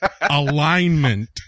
Alignment